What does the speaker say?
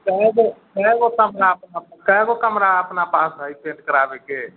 कै गो कै गो कमरा अपना कै गो कमरा अपना पास हइ पेंट कराबयके